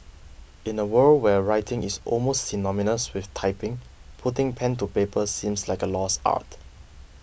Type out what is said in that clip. in a world where writing is almost synonymous with typing putting pen to paper seems like a lost art